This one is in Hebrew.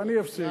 אבל